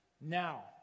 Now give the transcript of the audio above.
Now